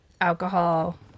alcohol